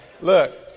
Look